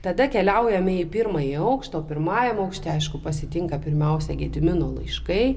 tada keliaujame į pirmąjį aukštą pirmajam aukšte aišku pasitinka pirmiausia gedimino laiškai